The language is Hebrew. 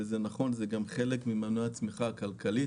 וזה נכון זה גם חלק ממנוע הצמיחה הכלכלית,